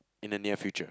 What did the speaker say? in the near future